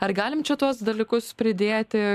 ar galim čia tuos dalykus pridėti